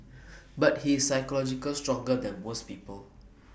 but he is psychological stronger than most people